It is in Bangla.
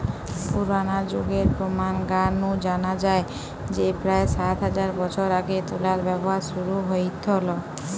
পুরনা যুগের প্রমান গা নু জানা যায় যে প্রায় সাত হাজার বছর আগে তুলার ব্যবহার শুরু হইথল